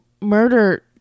murder